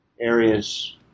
areas